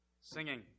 Singing